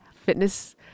fitness